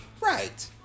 Right